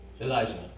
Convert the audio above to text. Elijah